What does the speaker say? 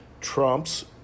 Trump's